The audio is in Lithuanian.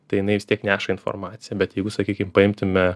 tai jinai vis tiek neša informaciją bet jeigu sakykim paimtume